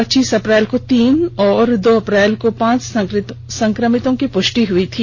पच्चीस अप्रैल को तीन और दो अप्रैल को पांच संक्रमितों की पृष्टि हई थी